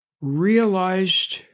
realized